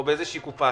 או באיזושהי קופה.